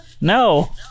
No